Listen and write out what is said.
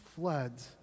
floods